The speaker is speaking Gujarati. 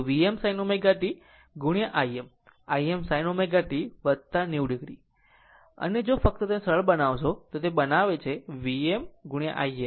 જો Vm sin ω t Im Im sin ω t 90 o અને જો ફક્ત તેને સરળ બનાવશો તો તે તેને બનાવે છે તે Vm Im sin ω t હશે